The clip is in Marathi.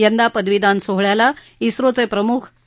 यंदा पदवीदान सोहळ्याला क्रोचे प्रमुख के